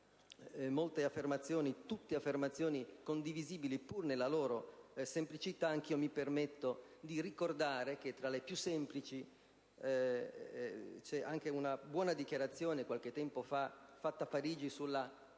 tutte affermazioni condivisibili, pur nella loro semplicità, anch'io mi permetto di ricordare che tra le più semplici c'è anche una buona Dichiarazione fatta a Parigi nel